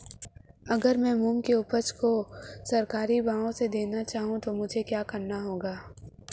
अगर मैं मूंग की उपज को सरकारी भाव से देना चाहूँ तो मुझे क्या करना होगा?